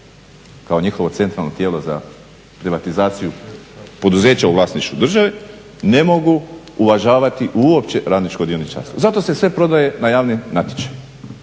kao njihovo centralno tijelo za privatizaciju poduzeća u vlasništvu države ne mogu uvažavati uopće radničko dioničarstvo. Zato se sve prodaje na javnim natječajima.